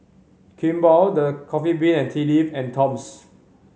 Kimball The Coffee Bean and Tea Leaf and Toms